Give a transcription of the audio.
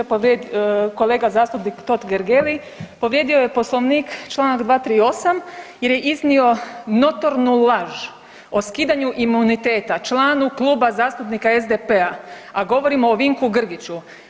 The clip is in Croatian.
Kolega zastupnik Totgergeli povrijedio je Poslovnik Članak 238. jer je iznio notornu laž o skidanju imuniteta članu Kluba zastupnika SDP-a, a govorimo o Vinku Grgiću.